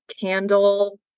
candle